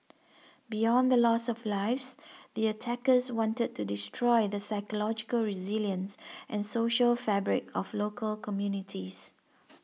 beyond the loss of lives the attackers wanted to destroy the psychological resilience and social fabric of local communities